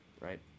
Right